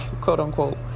quote-unquote